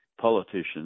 politicians